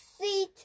seat